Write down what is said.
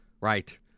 Right